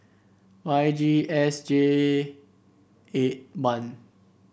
Y G S J eight one